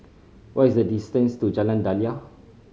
what is the distance to Jalan Daliah